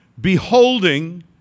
Beholding